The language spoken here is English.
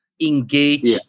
engage